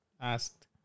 asked